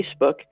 Facebook